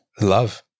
love